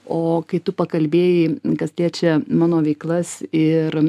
o kai tu pakalbėjai kas liečia mano veiklas ir